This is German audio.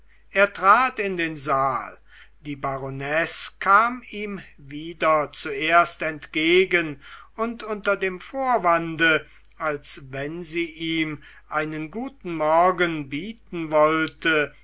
er trat in den saal die baronesse kam ihm wieder zuerst entgegen und unter dem vorwande als wenn sie ihm einen guten morgen bieten wollte